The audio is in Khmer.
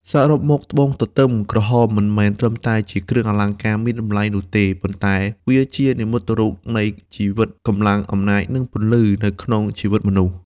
សរុបមក ត្បូងទទឹម ក្រហម មិនមែនត្រឹមតែជាគ្រឿងអលង្ការមានតម្លៃនោះទេ ប៉ុន្តែវាជានិមិត្តរូបនៃជីវិត កម្លាំង អំណាច និងពន្លឺ នៅក្នុងជីវិតមនុស្ស។